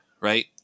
right